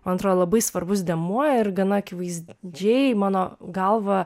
man atrodo labai svarbus dėmuo ir gana akivaizdžiai mano galva